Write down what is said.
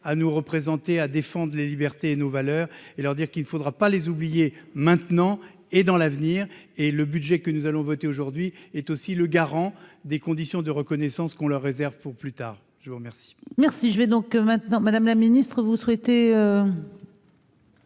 à nous représenter à défendre les libertés et nos valeurs et leur dire qu'il ne faudra pas les oublier, maintenant et dans l'avenir et le budget que nous allons voter aujourd'hui est aussi le garant des conditions de reconnaissance qu'on leur réserve pour plus tard, je vous remercie.